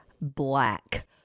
black